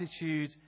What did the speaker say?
attitude